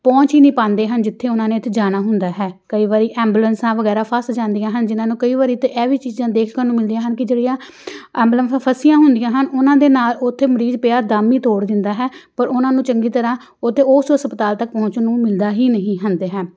ਪਹੁੰਚ ਹੀ ਨਹੀਂ ਪਾਉਂਦੇ ਹਨ ਜਿੱਥੇ ਉਹਨਾਂ ਨੇ ਇੱਥੇ ਜਾਣਾ ਹੁੰਦਾ ਹੈ ਕਈ ਵਾਰੀ ਐਂਬੂਲੈਂਸਾਂ ਵਗੈਰਾ ਫਸ ਜਾਂਦੀਆਂ ਹਨ ਜਿਨ੍ਹਾਂ ਨੂੰ ਕਈ ਵਾਰੀ ਤਾਂ ਇਹ ਵੀ ਚੀਜ਼ਾਂ ਦੇਖਣ ਨੂੰ ਮਿਲਦੀਆਂ ਹਨ ਕਿ ਜਿਹੜੀਆਂ ਐਂਬੂਲੈਂਫਾਂ ਫਸੀਆਂ ਹੁੰਦੀਆਂ ਹਨ ਉਹਨਾਂ ਦੇ ਨਾਲ ਉੱਥੇ ਮਰੀਜ਼ ਪਿਆ ਦਮ ਹੀ ਤੋੜ ਦਿੰਦਾ ਹੈ ਪਰ ਉਹਨਾਂ ਨੂੰ ਚੰਗੀ ਤਰ੍ਹਾਂ ਉੱਥੇ ਉਸ ਹਸਪਤਾਲ ਤੱਕ ਪਹੁੰਚਣ ਨੂੰ ਮਿਲਦਾ ਹੀ ਨਹੀਂ ਹੁੰਦੇ ਹਨ